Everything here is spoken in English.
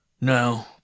No